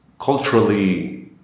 culturally